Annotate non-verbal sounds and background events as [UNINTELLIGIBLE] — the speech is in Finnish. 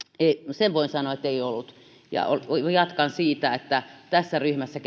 sen voin sanoa että ei ollut ja jatkan siitä että tässä ryhmässä [UNINTELLIGIBLE]